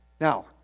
Now